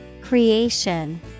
Creation